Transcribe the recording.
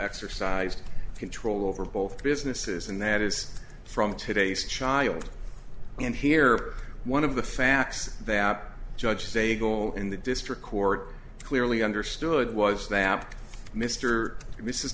exercised control over both businesses and that is from today's child and here one of the facts that judges say a goal in the district court clearly understood was that mr